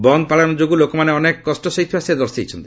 ବନ୍ଦ ପାଳନ ଯୋଗୁଁ ଲୋକମାନେ ଅନେକ କଷ୍ଟ ସହିଥିବା ସେ ଦର୍ଶାଇଛନ୍ତି